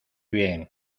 bien